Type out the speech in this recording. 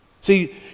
See